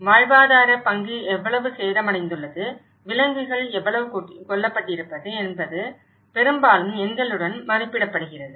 வாழ்வாதாரப் பங்கு எவ்வளவு சேதமடைந்துள்ளது விலங்குகள் எவ்வளவு கொல்லப்பட்டிருப்பது என்பது பெரும்பாலும் எண்களுடன் மதிப்பிடப்படுகிறது